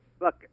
look